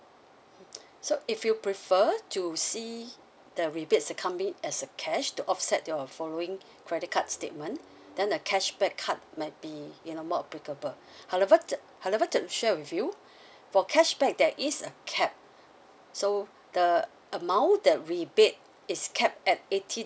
so if you prefer to see the rebates that come in as a cash to offset your following credit card statement then the cashback card might be you know more applicable however to however to share with you for cashback there is a cap so the amount the rebate is capped at eighty